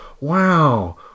wow